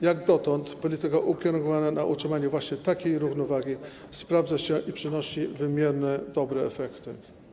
Jak dotąd polityka ukierunkowana na utrzymanie właśnie takiej równowagi sprawdza się i przynosi wymierne, dobre efekty.